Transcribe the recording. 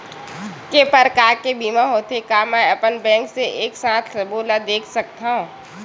के प्रकार के बीमा होथे मै का अपन बैंक से एक साथ सबो ला देख सकथन?